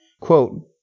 Quote